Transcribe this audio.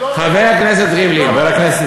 חבר הכנסת ריבלין.